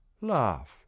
laugh